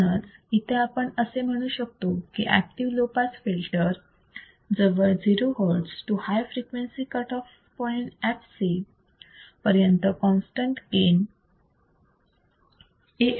म्हणून इथे आपण असे म्हणू शकतो की ऍक्टिव्ह लो पास फिल्टर जवळ 0 hertz to high frequency cut off point fc पर्यंत कॉन्स्टंट गेन AF असतो